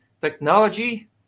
technology